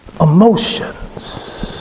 emotions